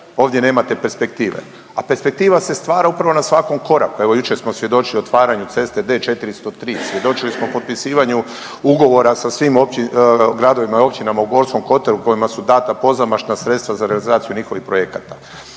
ovdje nemate perspektive? A perspektiva se stvara upravo na svakom koraku, evo jučer smo svjedočili otvaranju ceste D403, svjedočili smo potpisivanju ugovora sa svim gradovima i općinama u Gorskom kotaru kojima su dana pozamašna sredstva za realizaciju njihovih projekata,